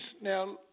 Now